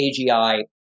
AGI